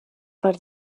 parts